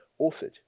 authored